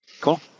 Cool